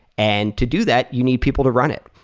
and to do that, you need people to run it.